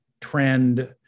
trend